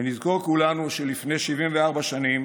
ונזכור כולנו שלפני 74 שנים